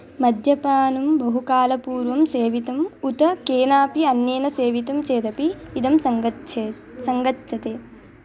मद्यपानं बहुकालपूर्वं सेवितम् उत केनापि अन्येन सेवितं चेदपि इदं सङ्गच्छेत् सङ्गच्छते